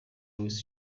louise